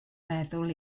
meddwl